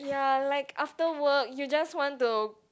ya like after work you just want to